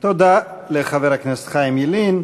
תודה לחבר הכנסת חיים ילין.